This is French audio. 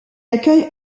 accueille